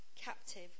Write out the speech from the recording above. captive